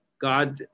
God